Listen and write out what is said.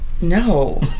no